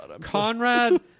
Conrad